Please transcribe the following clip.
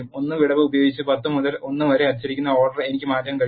1 വിടവ് ഉപയോഗിച്ച് 10 മുതൽ 1 വരെ അച്ചടിക്കുന്ന ഓർഡർ എനിക്ക് മാറ്റാനും കഴിയും